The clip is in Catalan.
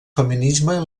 feminisme